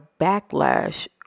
backlash